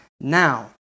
Now